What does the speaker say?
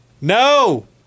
No